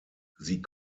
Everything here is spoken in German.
sie